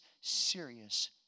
serious